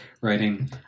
writing